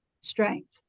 strength